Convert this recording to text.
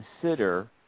consider